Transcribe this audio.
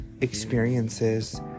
experiences